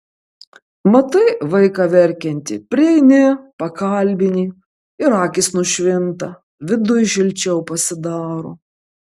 matai vaiką verkiantį prieini pakalbini ir akys nušvinta viduj šilčiau pasidaro